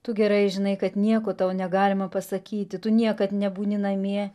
tu gerai žinai kad nieko tau negalima pasakyti tu niekad nebūni namie